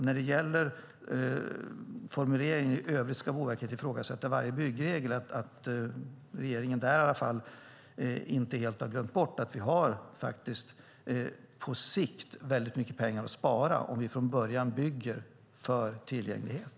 När det gäller formuleringen att i övrigt ska Boverket ifrågasätta varje byggregel hoppas jag att regeringen inte helt har glömt bort att vi på sikt har väldigt mycket pengar att spara om vi från början bygger för tillgänglighet.